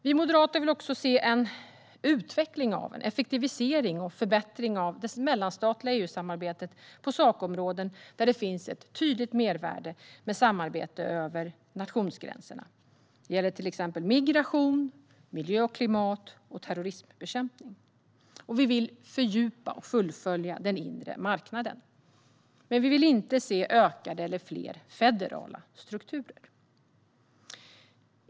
Vi moderater vill också se en utveckling, effektivisering och förbättring av det mellanstatliga EU-samarbetet på sakområden där det finns ett tydligt mervärde med samarbete över nationsgränserna. Det gäller till exempel migration, miljö och klimat och terroristbekämpning. Vi vill fördjupa och fullfölja den inre marknaden. Men vi vill inte se utökade eller fler federala strukturer.